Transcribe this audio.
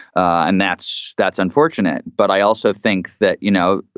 and that's that's unfortunate. but i also think that, you know,